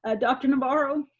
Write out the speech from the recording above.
ah dr. navarro,